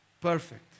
Perfect